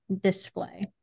display